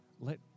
let